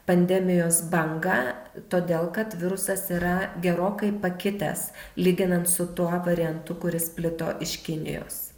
pandemijos bangą todėl kad virusas yra gerokai pakitęs lyginant su tuo variantu kuris plito iš kinijos